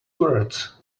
words